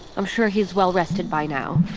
i'm sure he's well rested by now